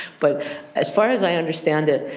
but as far as i understand it,